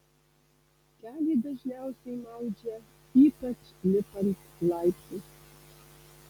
kelį dažniausiai maudžia ypač lipant laiptais